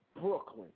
Brooklyn